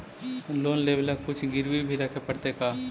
Loan लेबे ल कुछ गिरबी भी रखे पड़तै का?